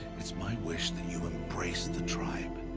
it's my wish that you embrace the tribe.